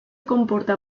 comporta